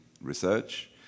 research